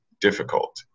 difficult